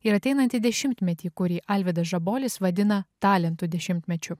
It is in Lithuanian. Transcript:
ir ateinantį dešimtmetį kurį alvydas žabolis vadina talentų dešimtmečiu